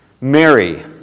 Mary